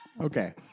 Okay